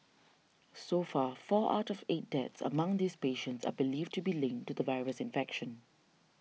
so far four out of eight deaths among these patients are believed to be linked to the virus infection